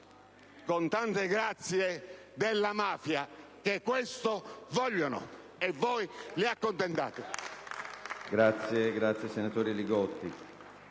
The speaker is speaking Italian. con tante grazie della mafia, che questo vuole: e voi la accontentate.